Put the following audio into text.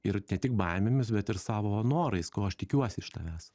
ir ne tik baimėmis bet ir savo norais ko aš tikiuosi iš tavęs